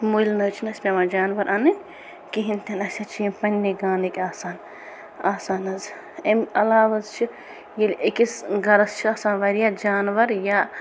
مٔلۍ نہ حظ چھُ نہٕ اسۍ پٮ۪وان جانور انٕنۍ کِہِنۍ تہِ نہٕ أسۍ حظ چھِ یِم پننے گانٕکۍ آسان آسان حظ امہِ علاوٕ حظ چھِ ییٚلہِ أکِس گَرَس چھِ آسان وَریاہ جانوَر یا